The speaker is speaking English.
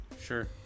Sure